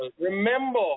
remember